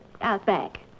outback